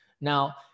Now